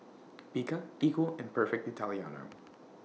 Bika Equal and Perfect Italiano